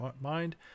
mind